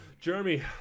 Jeremy